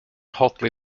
hotly